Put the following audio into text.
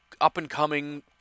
up-and-coming